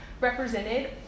represented